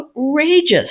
outrageous